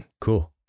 Cool